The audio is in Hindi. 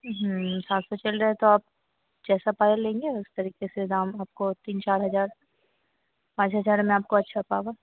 हूँ सात सौ चल रहा है तो आप जैसा पायल लेंगी उस तरीके से दाम आपको तीन चार हज़ार पाँच हज़ार में आपको अच्छा